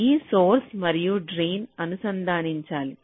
ఈ సోర్స్ మరియు డ్రెయిన్ అనుసంధానించాలి